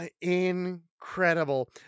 incredible